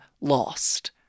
lost